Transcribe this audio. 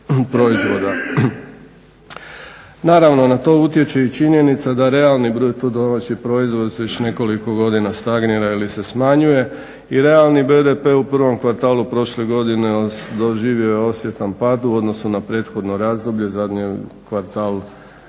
Naravno na to utječe i činjenica da realni bruto domaći proizvod se već nekoliko godina stagnira ili se smanjuje i realni BDP u prvom kvartalu prošle godine doživio je osjetan pad u odnosnu na prethodno razdoblje zadnji kvartal 2011.